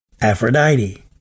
Aphrodite